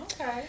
Okay